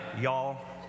Y'all